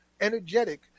energetic